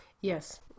Yes